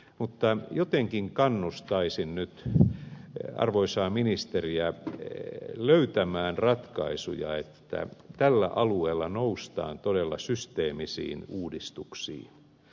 mutta jotenkin kannustaisin nyt arvoisaa ministeriä löytämään ratkaisuja että tällä alueella noustaan todella systeemisiin uudistuksiin